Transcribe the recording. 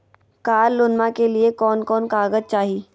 कार लोनमा के लिय कौन कौन कागज चाही?